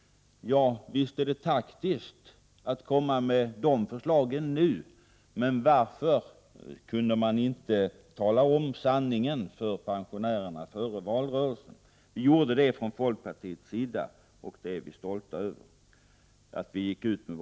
Ja, visst är det taktiskt att komma med sådana förslag nu! Men varför kunde man inte säga sanningen till pensionärerna före valrörelsen? Vi i folkpartiet gjorde det, och det är vi stolta över.